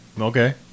Okay